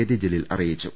T Jaleel അറിയിച്ചു